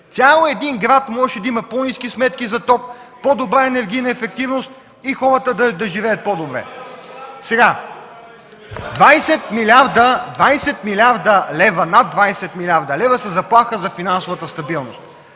Цял един град можеше да има по-ниски сметки за ток, по-добра енергийна ефективност и хората да живеят по-добре. (Реплики и провиквания от КБ.) Над 20 млрд. лв. са заплаха за финансовата стабилност.